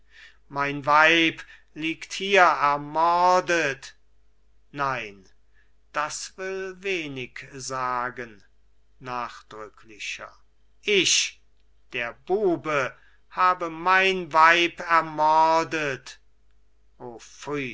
mein weib liegt hier ermordet nein das will wenig sagen nachdrücklicher ich der bube habe mein weib ermordet